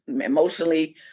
emotionally